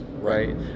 right